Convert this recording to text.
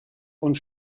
und